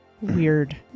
Weird